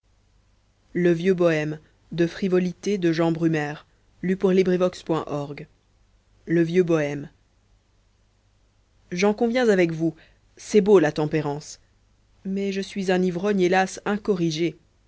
bière le vieux boheme j'en conviens avec vous c'est beau la tempérance mais je suis un ivrogne hélas incorrigé